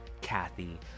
Kathy